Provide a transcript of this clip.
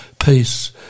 Peace